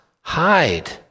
hide